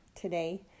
today